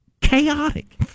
chaotic